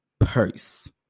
purse